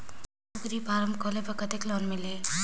कूकरी फारम खोले बर कतेक लोन मिलही?